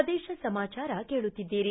ಪ್ರದೇಶ ಸಮಾಚಾರ ಕೇಳುತ್ತಿದ್ದೀರಿ